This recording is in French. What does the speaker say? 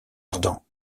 ardan